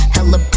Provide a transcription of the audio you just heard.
Hella